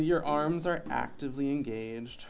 your arms are actively engaged